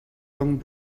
long